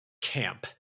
camp